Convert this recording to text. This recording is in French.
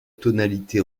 tonalité